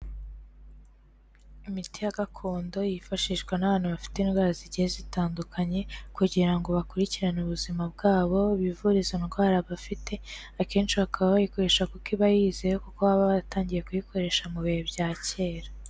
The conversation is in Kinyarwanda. Imiti ya gakondo yifashishwa n'abantu bafite indwara zigiye zitandukanye kugira ngo bakurikirane ubuzima bwabo bivure izo ndwara bafite, akenshi bakaba bayikoresha kuko iba yizewe kuko baba baratangiye kuyikoresha mu bihe bya kera.